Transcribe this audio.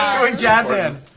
doing jazz hands!